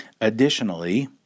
Additionally